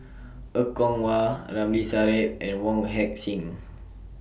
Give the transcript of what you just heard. Er Kwong Wah Ramli Sarip and Wong Heck Sing